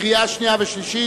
קריאה שנייה וקריאה שלישית.